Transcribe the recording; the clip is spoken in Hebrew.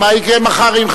מה יקרה מחר אם,